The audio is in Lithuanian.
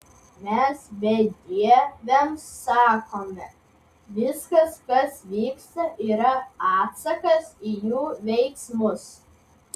mes bedieviams sakome viskas kas vyksta yra atsakas į jų veiksmus